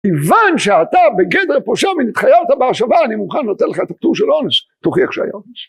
כיוון שאתה בגדר פושע ונתחייבת בהשבה, אני מוכן לתת לך את הטור של האונס, תוכיח שהיה אונס.